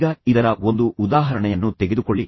ಈಗ ಇದರ ಒಂದು ಉದಾಹರಣೆಯನ್ನು ತೆಗೆದುಕೊಳ್ಳಿ